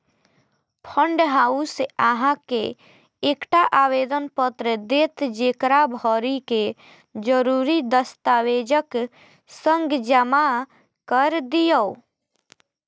fund house अहां के एकटा आवेदन पत्र देत, जेकरा भरि कें जरूरी दस्तावेजक संग जमा कैर दियौ